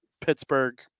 Pittsburgh